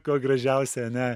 kuo gražiausiai ane